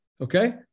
Okay